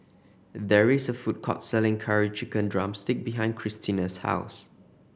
there is a food court selling Curry Chicken drumstick behind Christina's house